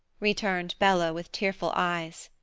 returned bella, with tearful eyes.